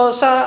sa